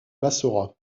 bassorah